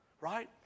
right